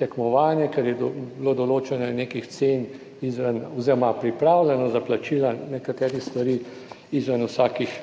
tekmovanje, ker je bilo določanje nekih cen izven oziroma pripravljenost za plačila nekaterih stvari izven vsakih